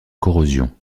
corrosion